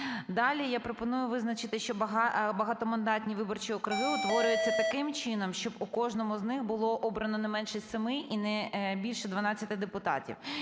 Далі я пропоную визначити, що багатомандатні виборчі округи утворюються таким чином, щоб у кожному з них було обрано не менше 7 і не більше 12 депутатів.